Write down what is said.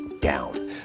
down